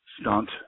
stunt